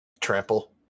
Trample